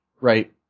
right